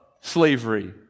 slavery